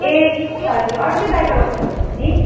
ए हजुर अर्केै ड्राइभर आउँछ भनेपछि नि